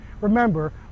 Remember